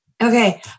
Okay